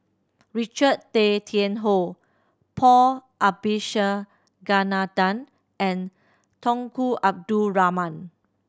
Richard Tay Tian Hoe Paul Abisheganaden and Tunku Abdul Rahman